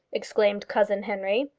exclaimed cousin henry.